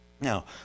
Now